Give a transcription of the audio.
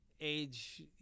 age